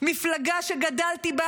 מפלגה שגדלתי בה